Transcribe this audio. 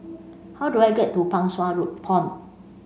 how do I get to Pang Sua road Pond